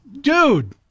dude